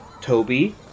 Toby